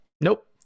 Nope